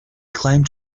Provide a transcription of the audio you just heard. claimed